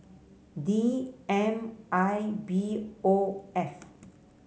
D M I B O F